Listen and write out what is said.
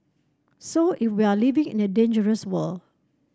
so if we are living in a dangerous world